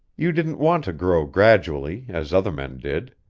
you didn't want to grow gradually, as other men did.